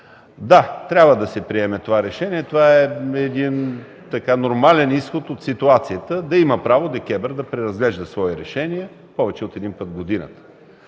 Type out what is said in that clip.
Да, трябва да се приеме това решение това е един нормален изход от ситуацията – да има право ДКЕВР да преразглежда свои решения повече от един път в годината.